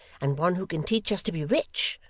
and one who can teach us to be rich.